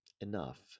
enough